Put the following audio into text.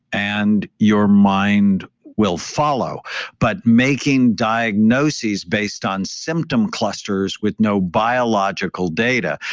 and your mind will follow but making diagnoses based on symptom clusters with no biological data,